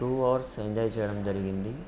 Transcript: two hours enjoy చేయడం జరిగింది